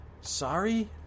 sorry